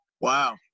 Wow